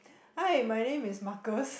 hi my name is Marcus